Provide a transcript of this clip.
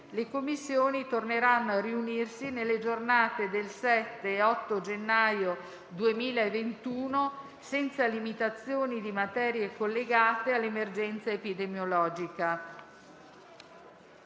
Le Commissioni torneranno a riunirsi nelle giornate del 7 e 8 gennaio 2021, senza limitazioni di materie collegate all'emergenza epidemiologica.